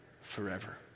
forever